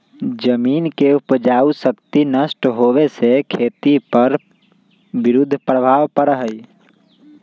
जमीन के उपजाऊ शक्ति नष्ट होवे से खेती पर विरुद्ध प्रभाव पड़ा हई